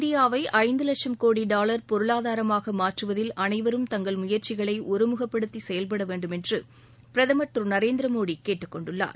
இந்தியாவை ஐந்து லட்சும் கோடி டாவர் பொருளாதாரமாக மாற்றுவதில் அனைவரும் தங்கள் முயற்சிகளை ஒருமுகப்படுத்தி செயல்பட வேண்டும் என்று பிரதமர் திரு நரேந்திர மோடி கேட்டுக்கொண்டுள்ளார்